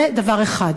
זה דבר אחד.